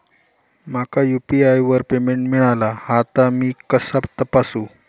माका यू.पी.आय वर पेमेंट मिळाला हा ता मी कसा तपासू?